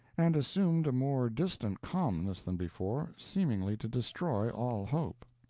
and assumed a more distant calmness than before, seemingly to destroy all hope.